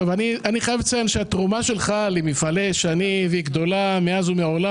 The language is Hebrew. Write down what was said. התרומה שלך למפעלי שניב גדולה מאז ומעולם.